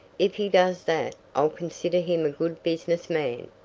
if he does that i'll consider him a good business man.